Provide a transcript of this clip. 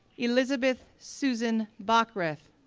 elizabeth susan bockrath,